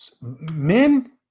Men